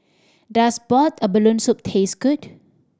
does boiled abalone soup taste good